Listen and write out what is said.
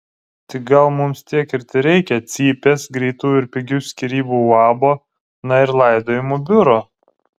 tai gal mums tiek ir tereikia cypės greitų ir pigių skyrybų uabo na ir laidojimo biuro